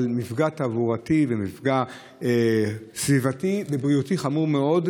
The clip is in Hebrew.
על מפגע תברואתי ומפגע סביבתי ובריאותי חמור מאוד,